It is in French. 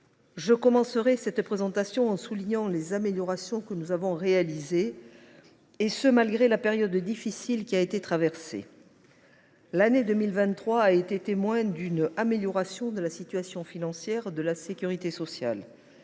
Je commencerai en soulignant les améliorations que nous avons apportées, et ce malgré la période difficile que nous avons traversée. L’année 2023 a été témoin d’une amélioration de la situation financière de la sécurité sociale.